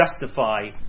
justify